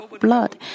blood